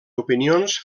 opinions